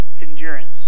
endurance